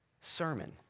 sermon